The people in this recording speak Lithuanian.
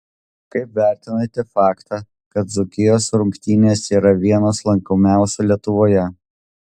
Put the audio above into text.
kaip vertinate faktą kad dzūkijos rungtynės yra vienas lankomiausių lietuvoje